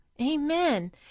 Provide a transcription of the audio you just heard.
Amen